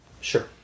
Sure